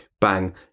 bang